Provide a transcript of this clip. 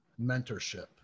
mentorship